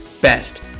best